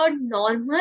normal